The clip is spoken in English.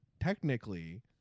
technically